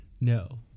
No